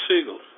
Siegel